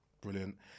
brilliant